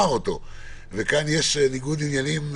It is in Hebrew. וכאן יש ניגוד עניינים לכאורה,